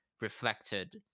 reflected